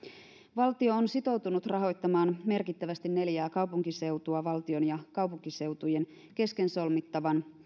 valtio on sitoutunut rahoittamaan merkittävästi neljää kaupunkiseutua valtion ja kaupunkiseutujen kesken solmittavan